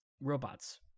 robots